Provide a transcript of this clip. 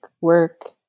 work